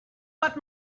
but